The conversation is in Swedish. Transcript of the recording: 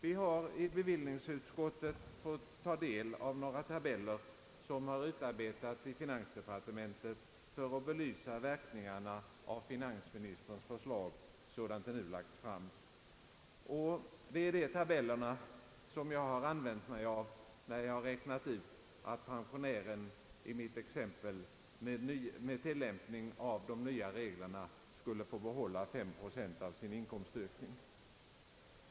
Vi har i bevillningsutskottet fått ta del av några tabeller, som har utarbetats i finansdepartementet för att belysa verkningarna av finansministerns förslag sådant det nu lagts fram. Det är de tabellerna jag använt mig av när jag räknat ut att pensionären i mitt exempel med tillämpning av de nya reglerna skulle få behålla 5 procent av sin inkomstökning.